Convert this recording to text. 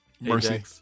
Mercy